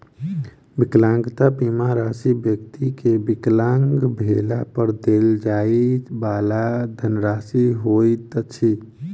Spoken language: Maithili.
विकलांगता बीमा राशि व्यक्ति के विकलांग भेला पर देल जाइ वाला धनराशि होइत अछि